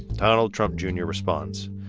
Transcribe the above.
donald trump jr. responds.